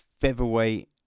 Featherweight